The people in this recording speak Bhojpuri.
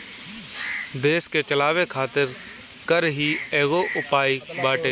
देस के चलावे खातिर कर ही एगो उपाय बाटे